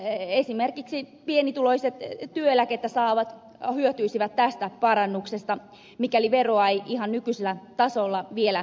esimerkiksi pienituloiset työeläkettä saavat hyötyisivät tästä parannuksesta mikäli veroa ei ihan nykyisellä tasolla vielä menisi